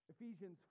Ephesians